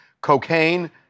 Cocaine